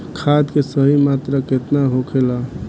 खाद्य के सही मात्रा केतना होखेला?